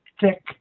thick